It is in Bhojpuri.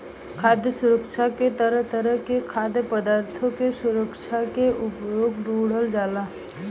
खाद्य सुरक्षा में तरह तरह के खाद्य पदार्थ के सुरक्षा के उपाय ढूढ़ल जाला